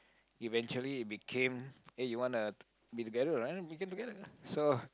eventually it became eh you wanna be together right be together lah so